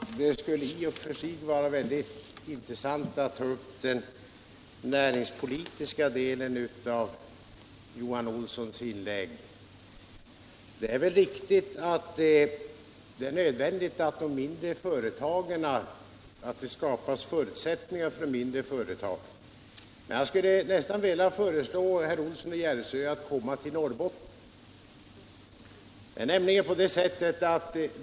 Herr talman! Det skulle i och för sig vara intressant att ta upp den näringspolitiska delen i Johan Olssons inlägg. Det är väl riktigt att det är nödvändigt att skapa förutsättningar för de mindre företagen att utvecklas. Men jag skulle nästan vilja föreslå herr Olsson i Järvsö att komma upp till Norrbotten och studera förhållandena där.